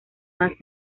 más